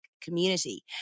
community